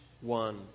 one